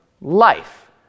life